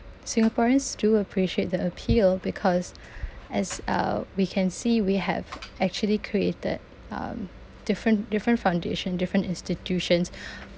singaporeans do appreciate the appeal because as uh we can see we have actually created um different different foundation different institutions